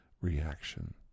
Reaction